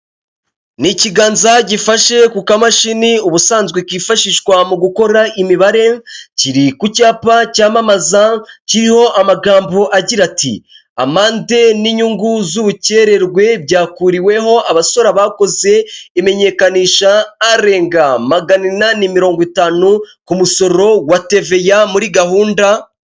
Ni ikiganza gifashe ku kamashini ubusanzwe kifashishwa mu gukora imibare, kiri ku cyapa cyamamaza kiriho amagambo agira ati; amande n'inyungu z'ubukererwe byakuriweho abasora bakoze imenyekanisha, arenga magana inani mirongo itanu ku musoro wa teveya muri gahunda.